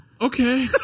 Okay